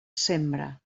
sembra